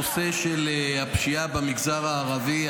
הנושא של הפשיעה במגזר הערבי,